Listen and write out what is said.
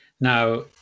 Now